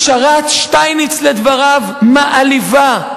פשרת שטייניץ, לדבריו, מעליבה.